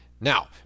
Now